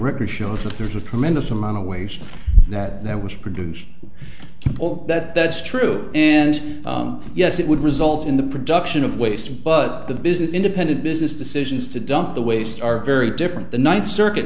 record shows that there's a tremendous amount of waste that was produced all that that's true and yes it would result in the production of waste but the business independent business decisions to dump the waste are very different the ninth circuit